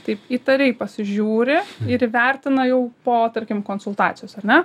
taip įtariai pasižiūri ir įvertina jau po tarkim konsultacijos ar ne